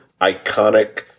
iconic